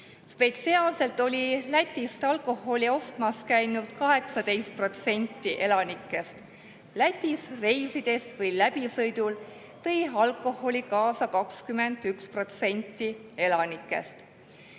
Spetsiaalselt oli Lätist alkoholi ostmas käinud 18% elanikest. Lätis reisides või läbisõidul tõi alkoholi kaasa 21% elanikest.